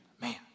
Man